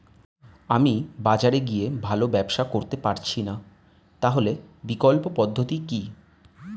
আমি বাজারে গিয়ে ভালো ব্যবসা করতে পারছি না তাহলে বিকল্প পদ্ধতি কি?